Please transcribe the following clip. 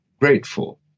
grateful